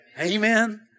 Amen